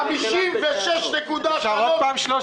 56.3,